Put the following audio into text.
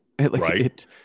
Right